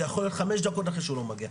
זה יכול להיות חמש דקות אחרי שהוא לא מגיע,